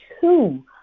two